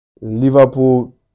Liverpool